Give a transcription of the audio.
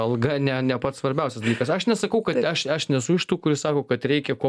alga ne ne pats svarbiausias dalykas aš nesakau kad aš aš nesu iš tų kurie sako kad reikia kuo